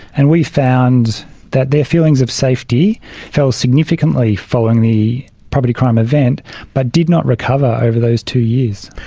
and we found that their feelings of safety fell significantly following the property crime event but did not recover over those two years.